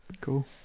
cool